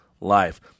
life